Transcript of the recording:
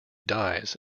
dies